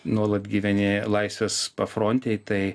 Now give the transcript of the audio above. nuolat gyveni laisvės pafrontėj tai